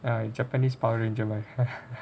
japanese power ranger like that